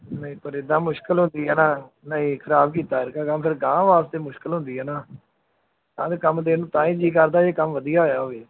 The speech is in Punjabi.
ਨਹੀਂ ਪਰ ਇੱਦਾਂ ਮੁਸ਼ਕਿਲ ਹੁੰਦੀ ਆ ਨਾ ਨਹੀਂ ਖ਼ਰਾਬ ਕੀਤਾ ਅਰਕਾ ਕੰਮ ਫਿਰ ਅਗਾਂਹ ਵਾਸਤੇ ਮੁਸ਼ਕਿਲ ਹੁੰਦੀ ਹੈ ਨਾ ਕੰਮ ਦੇਣ ਨੂੰ ਤਾਂ ਹੀ ਜੀਅ ਕਰਦਾ ਜੇ ਕੰਮ ਵਧੀਆ ਹੋਇਆ ਹੋਵੇ